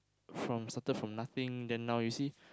from started from nothing then now you see